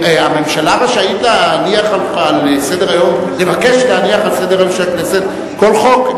הממשלה רשאית לבקש להניח על סדר-היום של הכנסת כל חוק.